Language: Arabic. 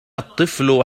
الطفل